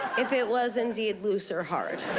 if it was indeed loose or hard.